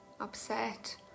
upset